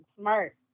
Smart